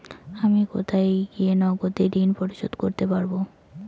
আমি কোথায় গিয়ে নগদে ঋন পরিশোধ করতে পারবো?